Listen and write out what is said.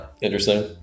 interesting